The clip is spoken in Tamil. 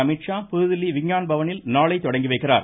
அமீத்ஷா புதுதில்லி விஞ்ஞான் பவனில் நாளை தொடங்கி வைக்கிறார்